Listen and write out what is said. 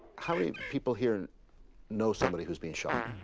how many people here know somebody who has been shot,